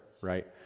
right